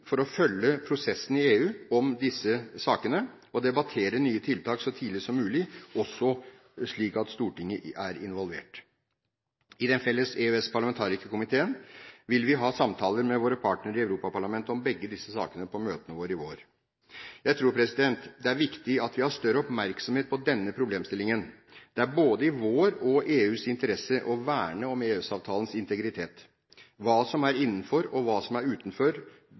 for å følge prosessen i EU om disse sakene og debattere nye tiltak så tidlig som mulig, slik at også Stortinget er involvert. I den felles EØS-parlamentarikerkomiteen vil vi ha samtaler med våre partnere i Europaparlamentet om begge disse sakene på møtene våre i vår. Jeg tror det er viktig at vi er mer oppmerksomme på denne problemstillingen. Det er både i vår og EUs interesse å verne om EØS-avtalens integritet. Hva som er innenfor, og hva som er utenfor,